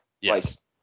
Yes